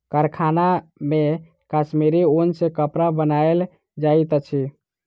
कारखाना मे कश्मीरी ऊन सॅ कपड़ा बनायल जाइत अछि